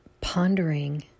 pondering